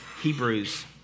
Hebrews